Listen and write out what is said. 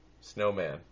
snowman